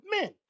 men